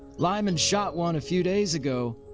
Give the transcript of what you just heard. lyman shot one a few days ago.